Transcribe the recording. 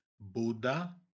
Buddha